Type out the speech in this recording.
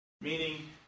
Meaning